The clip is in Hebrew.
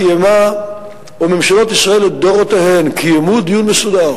או ממשלות ישראל לדורותיהן קיימו דיון מסודר